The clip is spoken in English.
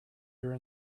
here